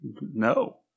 No